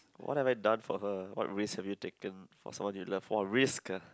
what have I done for her what risk have you taken for someone you love !wah! risk ah